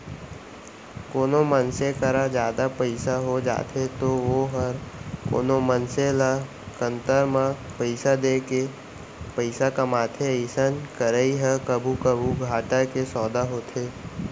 कोनो मनसे करा जादा पइसा हो जाथे तौ वोहर कोनो मनसे ल कन्तर म पइसा देके पइसा कमाथे अइसन करई ह कभू कभू घाटा के सौंदा होथे